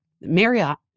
Marriott